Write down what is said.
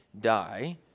die